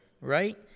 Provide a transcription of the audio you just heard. right